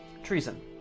Treason